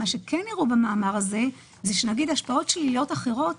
הראו במאמר הזה שהשפעות שליליות אחרות